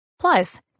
Plus